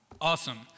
Awesome